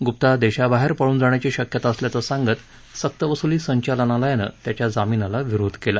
गुप्ता देशाबाहेर पळून जाण्याची शक्यता असल्याचं सांगत सक्तवसुली संचालनालयानं त्याच्या जामिनाला विरोध केला